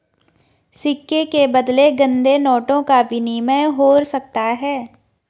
सिक्के के बदले गंदे नोटों का विनिमय हो सकता है